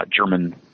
German